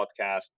podcast